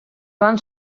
van